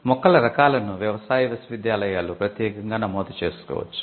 మొక్కల రకాలను వ్యవసాయ విశ్వవిద్యాలయాలు ప్రత్యేకంగా నమోదు చేసుకోవచ్చు